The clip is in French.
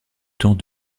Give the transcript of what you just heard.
temps